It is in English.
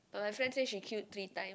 but my friend said she queued three time